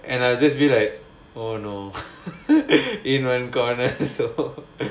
and I will just be like oh no in one corner so